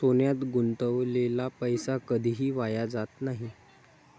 सोन्यात गुंतवलेला पैसा कधीही वाया जात नाही